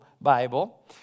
Bible